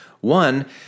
One